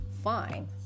Fine